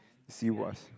she was